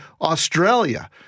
Australia